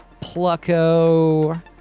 Plucko